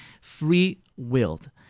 free-willed